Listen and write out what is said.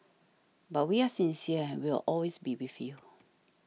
but we are sincere and we will always be with you